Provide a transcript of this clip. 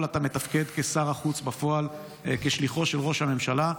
אתה מתפקד כשר החוץ בפועל, כשליחו של ראש הממשלה.